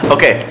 Okay